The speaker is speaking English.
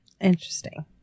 Interesting